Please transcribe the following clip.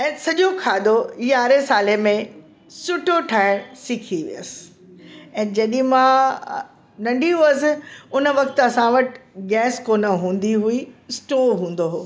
ऐं सॼो खाधो यारहें साले में सुठो ठाहे सिखी वियसि ऐं जॾहिं मां नंढी हुयसि उन वक़्तु असां वटि गैस कोन्ह हूंदी हुई स्टोव हूंदो हो